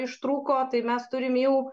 ištrūko tai mes turim jau